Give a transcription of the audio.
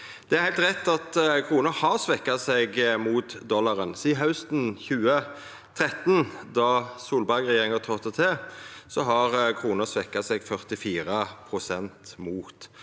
Det er heilt rett at krona har svekt seg mot dollaren. Sidan hausten 2013, då Solberg-regjeringa trådde til, har krona svekt seg 44 pst. mot dollaren.